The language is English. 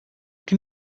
can